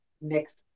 next